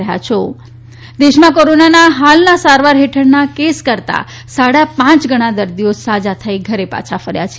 Covid રાષ્ટ્રીય દેશમાં કોરોનાના હાલના સારવાર હેઠળના કેસ કરતાં સાડા પાંચ ગણા દર્દીઓ સાજા થઈને ઘરે પાછા ફર્યા છે